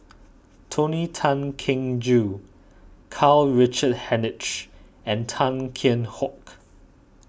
Tony Tan Keng Joo Karl Richard Hanitsch and Tan Kheam Hock